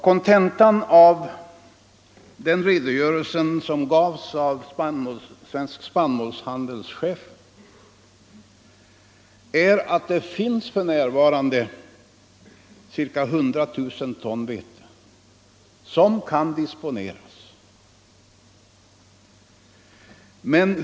Kontentan av den redogörelse som Svensk spannmålshandels chef gav är att det för närvarande finns ca 100 000 ton vete som kan disponeras.